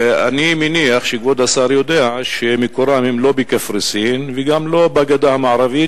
ואני מניח שכבוד השר יודע שמקורם לא בקפריסין וגם לא בגדה המערבית,